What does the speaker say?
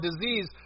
disease